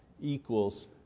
equals